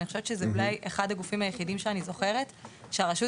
זה אולי אחד הגופים היחידים שאני זוכרת שהרשות